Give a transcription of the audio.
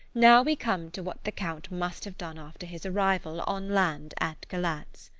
now we come to what the count must have done after his arrival on land, at galatz.